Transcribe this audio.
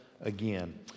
again